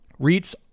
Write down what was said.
REITs